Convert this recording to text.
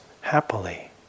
happily